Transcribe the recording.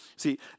See